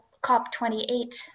COP28